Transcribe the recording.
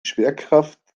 schwerkraft